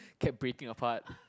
kept breaking apart